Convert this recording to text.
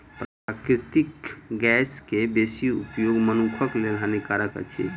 प्राकृतिक गैस के बेसी उपयोग मनुखक लेल हानिकारक अछि